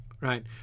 right